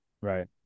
Right